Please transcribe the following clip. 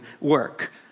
work